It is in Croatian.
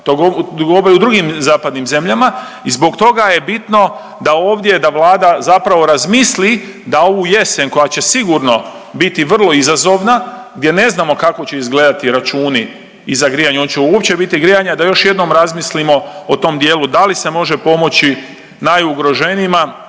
u drugim zapadnim zemljama i zbog toga je bitno da ovdje, da Vlada zapravo razmisli da ovu jesen koja će sigurno biti vrlo izazovna gdje ne znamo kako će izgledati računi i za grijanje i hoće li uopće biti grijanja, da još jednom razmislimo o tom dijelu da li se može pomoći najugroženijima